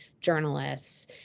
journalists